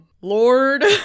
Lord